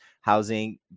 housing